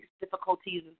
difficulties